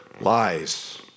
lies